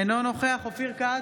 אינו נוכח אופיר כץ,